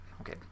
okay